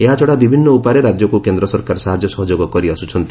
ଏହାଛଡ଼ା ବିଭିନ୍ନ ଉପାୟରେ ରାଜ୍ୟକୁ କେନ୍ଦ୍ର ସରକାର ସାହାଯ୍ୟ ସହଯୋଗ କରି ଆସୁଛନ୍ତି